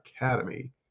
Academy